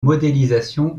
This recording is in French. modélisation